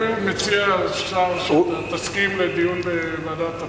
אני מציע לשר שתסכים לדיון בוועדת הפנים.